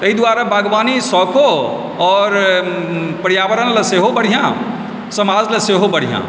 एहि दुआरे बागवानी शौखो आओर पर्यावरण लऽ सेहो बढिआँ समाज लऽ सेहो बढिआँ